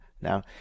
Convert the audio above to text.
now